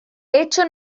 hecho